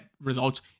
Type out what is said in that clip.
results